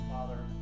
Father